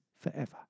forever